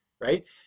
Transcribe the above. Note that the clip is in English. right